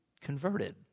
converted